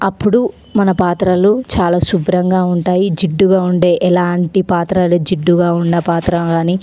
అప్పుడు మన పాత్రలు చాలా శుభ్రంగా ఉంటాయి జిడ్డుగా ఉండే ఎలాంటి పాత్రలు జిడ్డుగా ఉన్న పాత్రలు కానీ